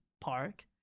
park